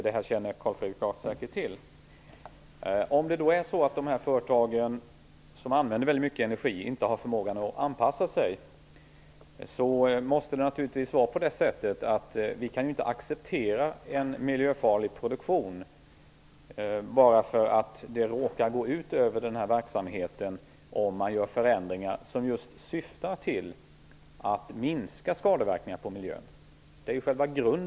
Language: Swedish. Det känner Carl Fredrik Graf säkert till. De företag som använder mycket energi har kanske inte förmåga att anpassa sig. Men vi kan naturligtvis inte acceptera en miljöfarlig produktion bara för att de förändringar som just görs för att minska skadeverkningarna på miljön råkar gå ut över verksamheten.